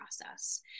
process